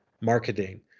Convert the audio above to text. marketing